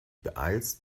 beeilst